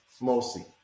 mostly